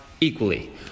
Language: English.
equally